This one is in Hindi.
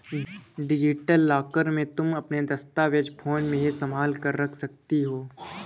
डिजिटल लॉकर में तुम अपने दस्तावेज फोन में ही संभाल कर रख सकती हो